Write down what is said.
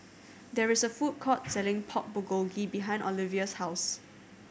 there is a food court selling Pork Bulgogi behind Olivia's house